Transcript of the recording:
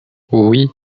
oui